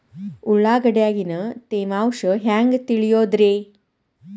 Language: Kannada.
ಉಳ್ಳಾಗಡ್ಯಾಗಿನ ತೇವಾಂಶ ಹ್ಯಾಂಗ್ ತಿಳಿಯೋದ್ರೇ?